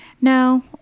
No